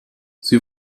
sie